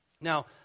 Now